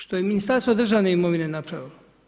Što je Ministarstvo državne imovine napravilo?